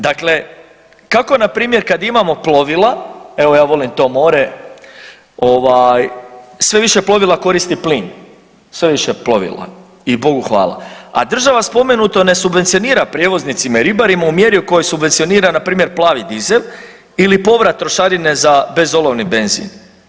Dakle, kako npr. kad imamo plovila, evo ja volim to more, ovaj sve više plovila koristi plin, sve više plovila i Bogu hvala, a država spomenuto ne subvencionira prijevoznicima i ribarima u mjeri u kojoj subvencionira npr. plavi dizel ili povrat trošarine za bezolovni benzin.